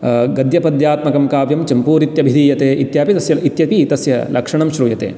गद्यपद्यात्मकं काव्यं चम्पूरित्यभिधीयते इत्यपि तस्य इत्यपि तस्य लक्षणं श्रूयते